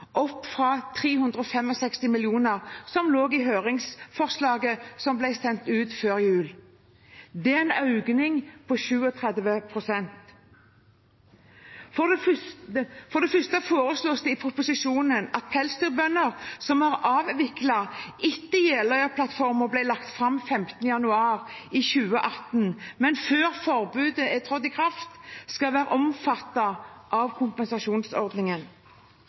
opp fra 365 mill. kr, som lå i høringsforslaget som ble sendt ut før jul. Det er en økning på 37 pst. For det første foreslås det i proposisjonen at pelsdyrbønder som har avviklet etter at Jeløya-plattformen ble lagt fram 15. januar 2018, men før forbudet er trådt i kraft, skal være omfattet av kompensasjonsordningen.